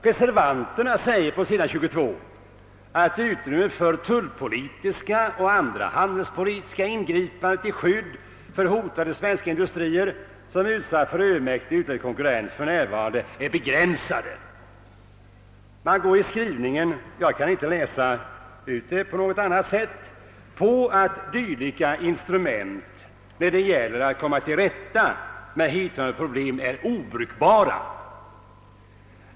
Reservanterna säger på s. 22 att »utrymmet för tullpolitiska och andra handelspolitiska ingripanden till skydd för hotade industrier som utsätts för övermäktig utländsk konkurrens f.n. är mycket begränsat». De konstaterar i sin skrivning — jag kan inte läsa ut det på något annat sätt — att dylika instrument när det gäller att komma till rätta med hithörande problem är obrukbara.